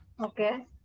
Okay